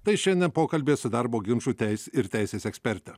tai šiandien pokalbyje su darbo ginčų teis ir teisės eksperte